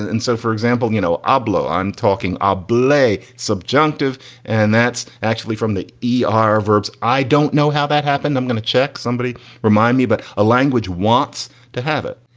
and and so, for example, you know, abelow, i'm talking of ah blay subjunctive and that's actually from the e are verbs. i don't know how that happened. i'm going to check somebody remind me. but a language wants to have it.